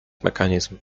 mechanism